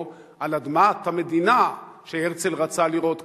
על אדמת המדינה שהרצל רצה לראות קמה,